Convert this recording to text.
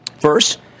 First